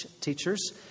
teachers